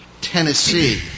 Tennessee